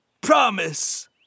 promise